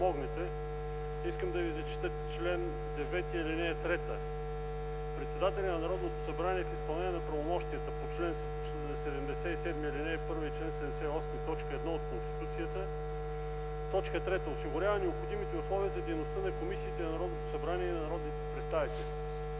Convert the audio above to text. искам да Ви зачета чл. 9, ал. 1 – „Председателят на Народното събрание в изпълнение на правомощията по чл. 77, ал. 1 и чл. 78, т. 1 от Конституцията: ... 3. осигурява необходимите условия за дейността на комисиите на Народното събрание и на народните представители”.